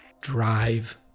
drive